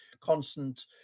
constant